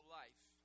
life